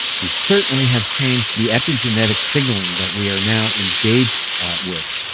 we certainly have changed the epigenetic signaling that we are now engaged with.